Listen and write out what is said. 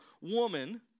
woman